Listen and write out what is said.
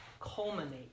culminate